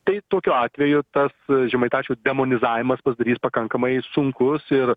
tai tokiu atveju tas žemaitaičio demonizavimas pasidarys pakankamai sunkus ir